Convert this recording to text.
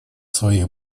своих